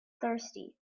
thirsty